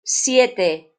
siete